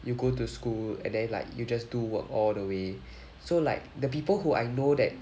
you go to school and then like you just do work all the way so like the people who I know that